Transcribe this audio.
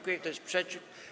Kto jest przeciw?